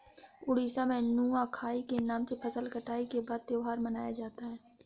उड़ीसा में नुआखाई के नाम से फसल कटाई के बाद त्योहार मनाया जाता है